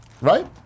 Right